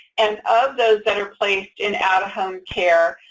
and of those that are placed in out-of-home care,